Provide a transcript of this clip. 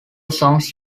songs